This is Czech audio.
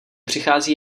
přichází